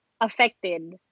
affected